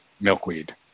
milkweed